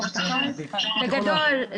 בגדול,